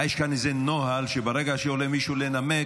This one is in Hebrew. יש כאן איזה נוהל שברגע שעולה מישהו לנמק,